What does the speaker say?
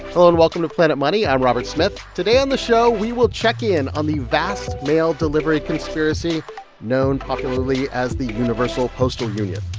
hello, and welcome to planet money. i'm robert smith. today on the show, we will check in on the vast mail delivery conspiracy known popularly as the universal postal union.